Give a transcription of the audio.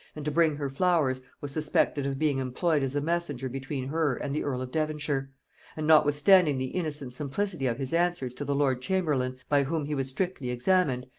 and to bring her flowers, was suspected of being employed as a messenger between her and the earl of devonshire and notwithstanding the innocent simplicity of his answers to the lord-chamberlain by whom he was strictly examined,